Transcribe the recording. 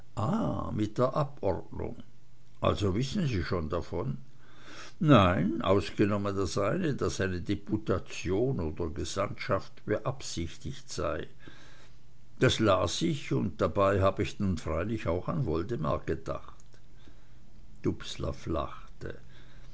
mit der abordnung also wissen sie schon davon nein ausgenommen das eine daß eine deputation oder gesandtschaft beabsichtigt sei das las ich und dabei hab ich dann freilich auch an woldemar gedacht dubslav lachte